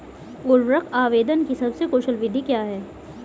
उर्वरक आवेदन की सबसे कुशल विधि क्या है?